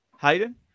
Hayden